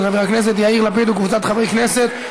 של חבר הכנסת יאיר לפיד וקבוצת חברי הכנסת,